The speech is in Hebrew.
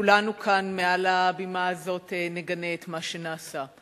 וכולנו כאן נגנה מעל הבמה הזאת את מה שנעשה.